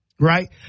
Right